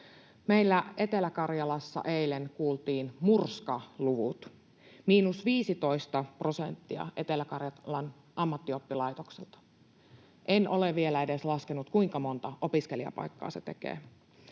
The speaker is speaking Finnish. Meillä Etelä-Karjalassa eilen kuultiin murskaluvut: miinus 15 prosenttia Etelä-Karjalan ammattioppilaitokselta. En ole vielä edes laskenut, kuinka monta opiskelijapaikkaa se tekee.